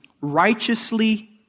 righteously